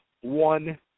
one